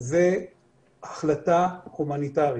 זו החלטה הומניטרית.